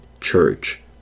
church